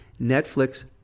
Netflix